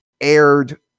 aired –